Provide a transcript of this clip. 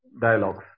dialogues